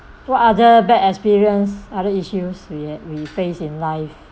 what other bad experience other issues we we face in life